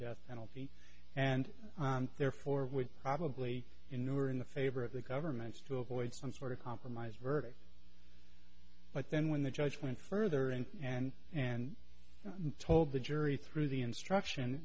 death penalty and therefore would probably endure in the favor of the governments to avoid some sort of compromise verdict but then when the judge went further in and and told the jury through the instruction